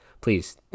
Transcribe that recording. Please